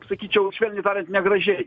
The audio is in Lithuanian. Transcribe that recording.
sakyčiau švelniai tariant negražiai